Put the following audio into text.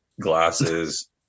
glasses